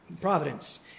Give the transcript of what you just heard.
Providence